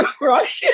Right